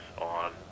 on